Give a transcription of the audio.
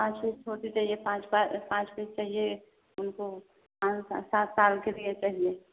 पाँच पीस धोती चाहिए पाँच पा पाँच पीस चाहिए उनको पाँच सात सात साल के लिए चाहिए